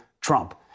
Trump